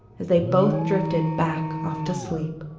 as they both drifted back off to sleep.